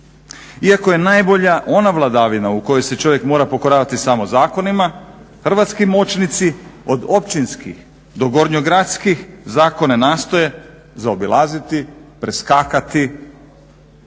Iako je najbolja ona vladavina u kojoj se čovjek mora pokoravati samo zakonima. Hrvatski moćnici od općinskih do gornjogradskih zakona nastoje zaobilaziti, preskakati